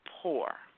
poor